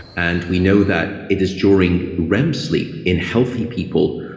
and we know that it is during rem sleep, in healthy people,